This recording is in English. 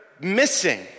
missing